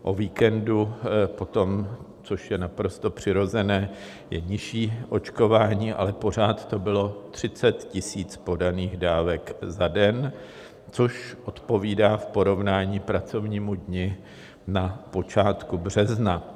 O víkendu potom, což je naprosto přirozené, je nižší očkování, le pořád to bylo 30 000 podaných dávek za den, což odpovídá v porovnání k pracovnímu dni na počátku března.